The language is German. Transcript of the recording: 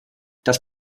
das